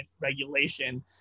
regulation